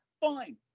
Fine